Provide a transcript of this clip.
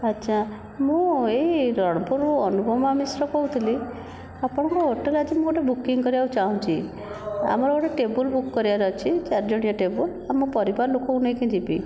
ଆଛା ମୁଁ ଏଇ ରଣପୁରରୁ ଅନୁପମା ମିଶ୍ର କହୁଥିଲି ଆପଣଙ୍କ ହୋଟେଲ ଆଜି ମୁଁ ବୁକିଂ କରିବାକୁ ଚାହୁଁଛି ଆମର ଗୋଟିଏ ଟେବୁଲ ବୁକ୍ କରିବାର ଅଛି ଚାରିଜଣିଆ ଟେବୁଲ ଆମ ପରିବାର ଲୋକଙ୍କୁ ନେଇକି ଯିବି